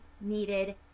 needed